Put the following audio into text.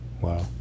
Wow